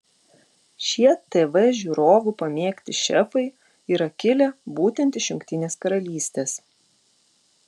šie tv žiūrovų pamėgti šefai yra kilę būtent iš jungtinės karalystės